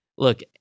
Look